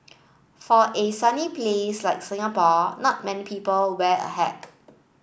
for a sunny place like Singapore not many people wear a hat